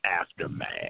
aftermath